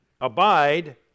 abide